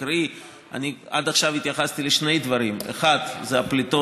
קרי, אני עד עכשיו התייחסתי לשני דברים: האחד זה